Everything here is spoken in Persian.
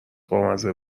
بامزه